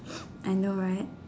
I know right